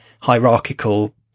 hierarchical